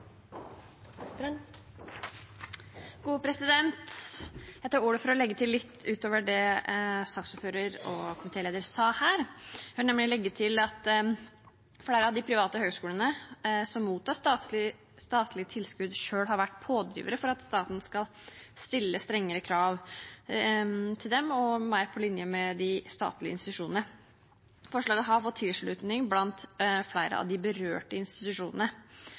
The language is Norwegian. Jeg tar ordet for å legge til litt utover det saksordføreren og komitélederen sa her. Jeg vil nemlig legge til at flere av de private høyskolene som mottar statlig tilskudd, selv har vært pådrivere for at staten skal stille strengere krav til dem og mer på linje med de statlige institusjonene. Forslaget har fått tilslutning blant flere av de berørte institusjonene.